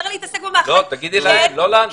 יותר להתעסק במאחד --- לא, תגידי להם, לא לנו.